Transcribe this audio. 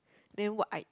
then what I